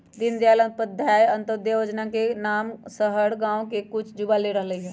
दीनदयाल उपाध्याय अंत्योदय जोजना के नाम हमर गांव के कुछ जुवा ले रहल हइ